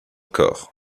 core